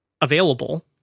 available